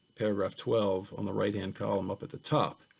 paragraph twelve, on the right hand column up at the top,